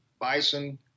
bison